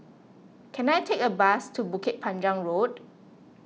can I take a bus to Bukit Panjang Road